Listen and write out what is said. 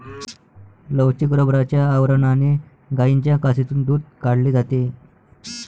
लवचिक रबराच्या आवरणाने गायींच्या कासेतून दूध काढले जाते